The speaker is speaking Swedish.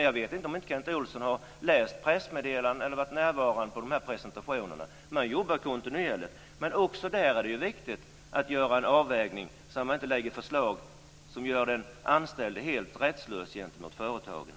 Jag vet inte om Kent Olsson har läst pressmeddelandena eller varit närvarande på presentationerna. Man jobbar kontinuerligt. Också där är det viktigt att göra en avvägning så att man inte lägger fram förslag som gör den anställde helt rättslös gentemot företagen.